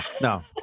No